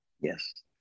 Yes